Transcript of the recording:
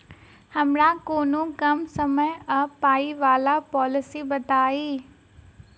हमरा कोनो कम समय आ पाई वला पोलिसी बताई?